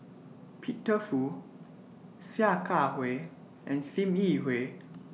Peter Fu Sia Kah Hui and SIM Yi Hui